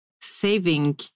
saving